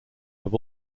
have